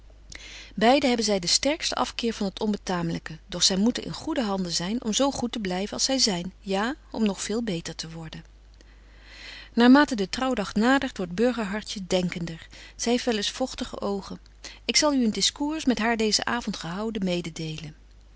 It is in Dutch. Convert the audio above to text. beide hebben zy den sterksten afkeer van het onbetaamlyke doch zy moeten in goede handen zyn om zo goed te blyven als zy zyn ja om nog veel beter te worden naar mate de trouwdag nadert wordt burgerhartje denkender zy heeft wel eens vogtige oogen ik zal u een discours met haar deezen avond gehouden mededelen